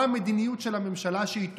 מה המדיניות של הממשלה שהיא טובה,